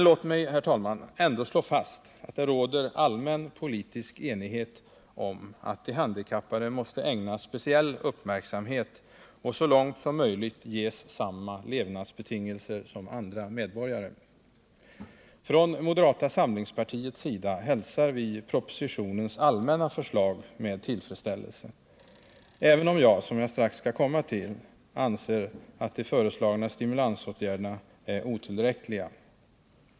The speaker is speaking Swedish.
Låt mig, herr talman, ändå slå fast att det råder allmän politisk enighet om att de handikappade måste ägnas speciell uppmärksamhet och så långt som möjligt ges samma levnadsbetingelser som andra medborgare. Från moderata samlingspartiets sida hälsar vi propositionens allmänna förslag med tillfredsställelse — även om jag, som jag strax skall komma till, anser att de föreslagna stimulansåtgärderna är otillräckliga.